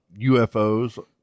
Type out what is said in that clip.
UFOs